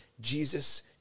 jesus